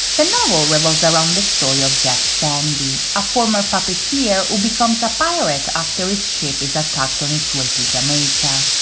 the novel revolves around the story of jack shandy, a former puppeteer who becomes a pirate after his ship is attacked on its way to jamaica.